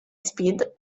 spid